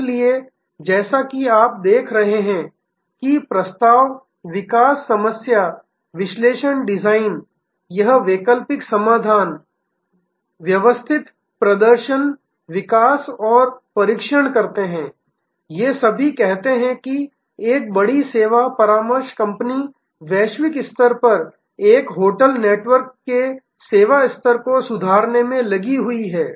इसलिए आज जैसा कि आप देख रहे हैं कि प्रस्ताव विकास समस्या विश्लेषण डिजाइन यह वैकल्पिक समाधान व्यवस्थित प्रदर्शन विकसित और परीक्षण करते हैं ये सभी कहते हैं कि एक बड़ी सेवा परामर्श कंपनी वैश्विक स्तर पर एक होटल नेटवर्क के सेवा स्तर को सुधारने में लगी हुई है